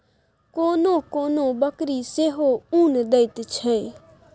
कोनो कोनो बकरी सेहो उन दैत छै